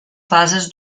fases